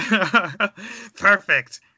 perfect